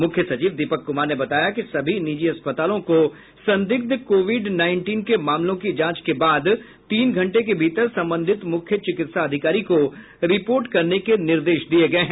मुख्य सचिव दीपक कुमार ने बताया कि सभी निजी अस्पतालों को संदिग्ध कोविड नाईनटिन के मामलों की जांच के बाद तीन घंटे के भीतर संबंधित मुख्य चिकित्सा अधिकारी को रिपोर्ट करने के निर्देश दिये गए हैं